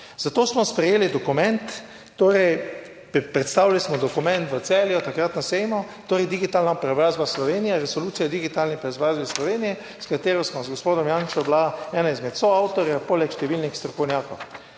Zato smo sprejeli dokument, torej, predstavili smo dokument v Celju takrat na sejmu, torej, digitalna preobrazba Slovenije, resolucija o digitalni preobrazbi v Sloveniji, s katero sva z gospodom Janšo bila ena izmed soavtorjev, poleg številnih strokovnjakov.